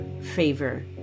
favor